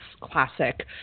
classic